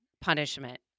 punishment